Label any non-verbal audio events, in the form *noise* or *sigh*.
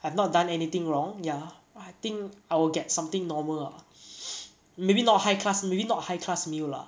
I have not done anything wrong ya I think I will get something normal lah *noise* maybe not high class maybe not high class meal lah